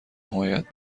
حمایت